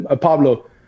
Pablo